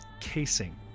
casing